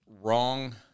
wrong